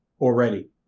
already